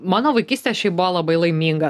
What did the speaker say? mano vaikystė šiaip buvo labai laiminga